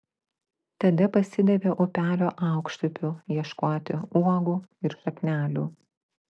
tada pasidavė upelio aukštupiu ieškoti uogų ir šaknelių